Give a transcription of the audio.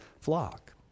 flock